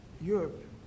Europe